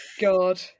god